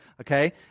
okay